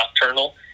nocturnal